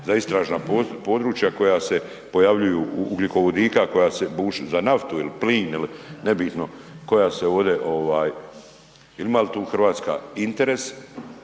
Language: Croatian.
za istražna područja koja se pojavljuju ugljikovodika za naftu ili plin ima li tu Hrvatska interes